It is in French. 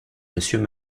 monsieur